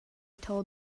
told